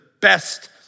best